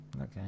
okay